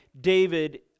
David